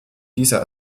dieser